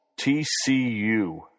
TCU